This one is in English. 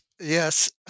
Yes